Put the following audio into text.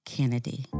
Kennedy